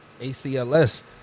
ACLS